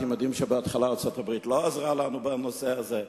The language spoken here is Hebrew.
אתם יודעים שבהתחלה ארצות-הברית לא עזרה לנו בנושא הזה.